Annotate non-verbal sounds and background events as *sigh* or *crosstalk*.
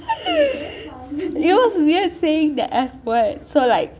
*laughs* you know is weird saying the F word so like